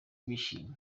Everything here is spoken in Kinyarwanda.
bishimye